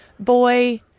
boy